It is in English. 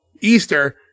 Easter